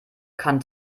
kann